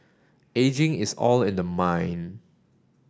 ageing is all in the mind